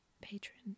patron